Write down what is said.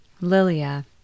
Lilia